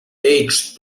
age